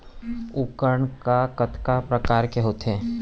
उपकरण हा कतका प्रकार के होथे?